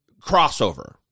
crossover